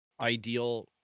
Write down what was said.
ideal